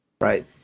right